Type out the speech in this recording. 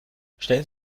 stellen